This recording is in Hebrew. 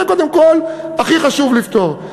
את זה הכי חשוב לפתור.